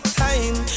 time